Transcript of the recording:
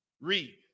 Read